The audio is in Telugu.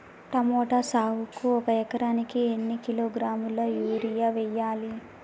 టమోటా సాగుకు ఒక ఎకరానికి ఎన్ని కిలోగ్రాముల యూరియా వెయ్యాలి?